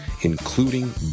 including